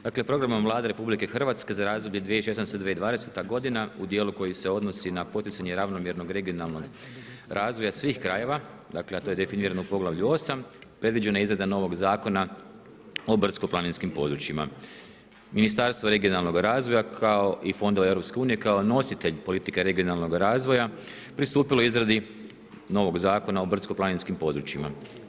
Dakle programom Vlade RH za razdoblje 2016.-2020. godina u dijelu koji se odnosi na poticanje ravnomjernog regionalnog razvoja svih krajeva, dakle a to je definirano u poglavlju 8, predviđena je izrada novog Zakona o brdsko-planinskim područjima, Ministarstvo regionalnog razvoja kao i Fondova EU kao nositelj politike regionalnog razvoja pristupilo je izradi novog Zakona o brdsko-planinskim područjima.